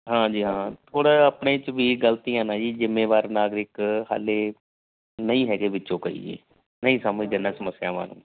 ਹਾਂਜੀ ਹਾਂ ਥੋੜ੍ਹਾ ਜਿਹਾ ਆਪਣੇ 'ਚ ਵੀ ਇਹ ਗਲਤੀ ਆ ਨਾ ਜੀ ਜਿੰਮੇਵਾਰ ਨਾਗਰਿਕ ਹਾਲੇ ਨਹੀਂ ਹੈਗੇ ਵਿੱਚੋਂ ਕਹੀਏ ਨਹੀਂ ਸਮਝਦੇ ਇਹਨਾਂ ਸਮੱਸਿਆਵਾਂ ਨੂੰ